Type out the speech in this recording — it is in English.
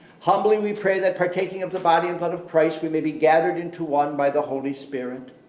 humbly we pray that partaking of the body and blood of christ we may be gathered into one by the holy spirit.